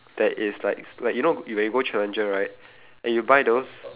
that is like like you know when you go challenger right and you buy those